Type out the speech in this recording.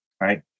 right